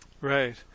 right